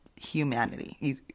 humanity